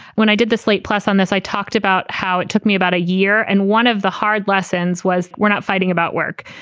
when i did the slate plus on this, i talked about how it took me about a year. and one of the hard lessons was we're not fighting about work.